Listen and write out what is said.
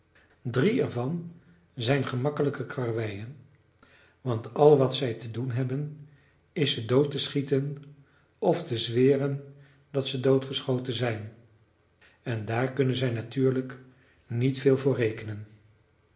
drie er van zijn gemakkelijke karweien want al wat zij te doen hebben is ze dood te schieten of te zweren dat zij doodgeschoten zijn en daar kunnen zij natuurlijk niet veel voor rekenen